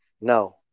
No